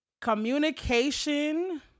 Communication